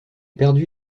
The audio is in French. perdu